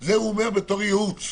את זה הוא אומר בתוך ייעוץ.